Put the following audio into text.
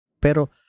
pero